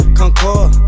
concord